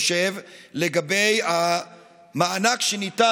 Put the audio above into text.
אני לא חושב שמי שנפגע